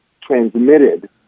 transmitted